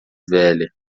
velha